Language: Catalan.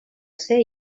ser